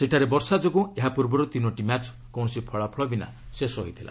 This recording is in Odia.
ସେଠାରେ ବର୍ଷା ଯୋଗୁଁ ଏହା ପୂର୍ବର୍ ତିନୋଟି ମ୍ୟାଚ୍ କୌଣସି ଫଳାଫଳ ବିନା ଶେଷ ହୋଇଥିଲା